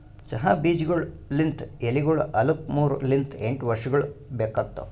ಚಹಾ ಬೀಜಗೊಳ್ ಲಿಂತ್ ಎಲಿಗೊಳ್ ಆಲುಕ್ ಮೂರು ಲಿಂತ್ ಎಂಟು ವರ್ಷಗೊಳ್ ಬೇಕಾತವ್